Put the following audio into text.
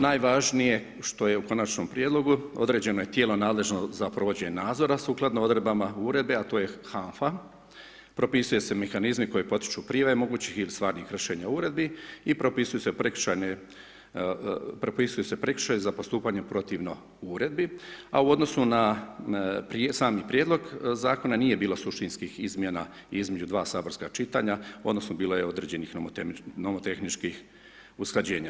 Najvažnije je što je u konačnom prijedlogu, određeno je tijelo za provođenje nadzora sukladno odredbama uredbe, a to je HANFA, propisuje se mehanizmi koji potiču priljeve mogućih ili stvarnih kršenje uredbi i propisuju se prekršaji za postupanje protivno uredbi, a u odnosu na sami prijedlog zakona, nije bilo suštinskih izmjena između 2 saborska čitanja, odnosno, bilo je određenih nomotehničkih usklađenja.